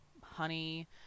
honey